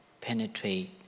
penetrate